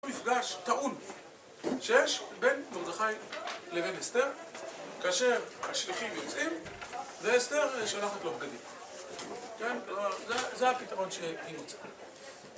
מפגש טעון שיש בין מרדכי לבין אסתר, כאשר השליחים יוצאים, ואסתר שלחת לו בגדית. זה הפתרון שהיא מוצאת.